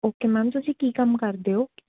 okay ma'am ਤੁਸੀਂ ਕੀ ਕੰਮ ਕਰਦੇ ਹੋ